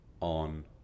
on